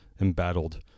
embattled